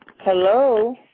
Hello